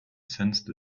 sensed